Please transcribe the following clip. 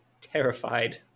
terrified